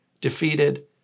defeated